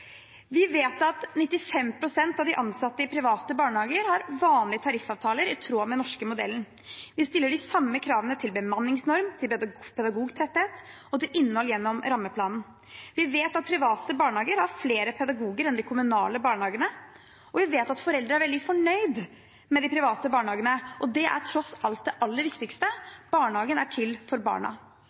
Vi vet at 95 pst. av de ansatte i private barnehager har vanlige tariffavtaler, i tråd med den norske modellen. Vi stiller de samme kravene til bemanningsnorm, til pedagogtetthet og til innhold gjennom rammeplanen. Vi vet at private barnehager har flere pedagoger enn de kommunale barnehagene, og vi vet at foreldre er veldig fornøyd med de private barnehagene. Det er tross alt det aller viktigste, for barnehagen er til for barna.